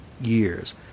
years